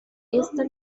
esta